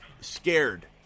scared